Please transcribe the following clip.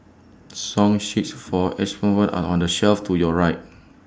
song sheets for xylophones are on the shelf to your right